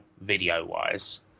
video-wise